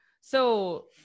So-